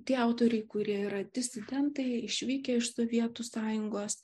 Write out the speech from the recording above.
tie autoriai kurie yra disidentai išvykę iš sovietų sąjungos